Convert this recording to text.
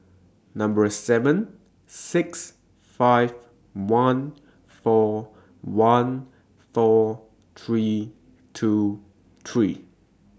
seven six five one four one four three two three